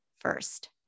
first